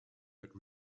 but